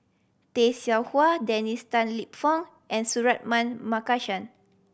Tay Seow Huah Dennis Tan Lip Fong and Suratman Markasan